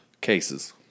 Cases